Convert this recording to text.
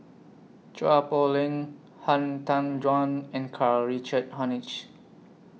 Chua Poh Leng Han Tan Juan and Karl Richard Hanitsch